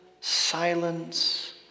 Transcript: silence